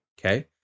Okay